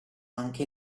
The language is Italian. anche